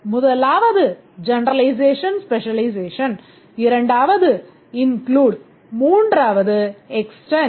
முதலாவதானது generalization specialization இரண்டாவது include மூன்றாவது extend